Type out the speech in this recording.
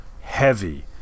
heavy